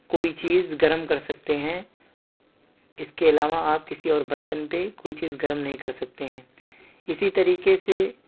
کوئی چیز گرم کر سکتے ہیں اس کے علاوہ آپ کسی اور برتن پہ کوئی چیز گرم نہیں کر سکتے ہیں اسی طریقے سے